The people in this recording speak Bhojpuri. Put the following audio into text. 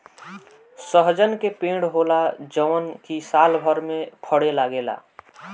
सहजन के पेड़ होला जवन की सालभर में फरे लागेला